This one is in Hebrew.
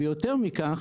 ויותר מכך,